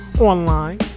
online